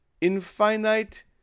infinite